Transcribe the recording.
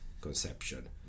conception